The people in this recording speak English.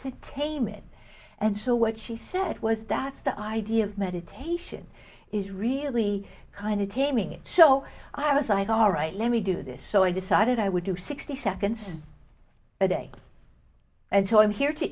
to tame it and so what she said was that's the idea of meditation is really kind of taming it so i was i alright let me do this so i decided i would do sixty seconds a day and so i'm here to